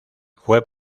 fue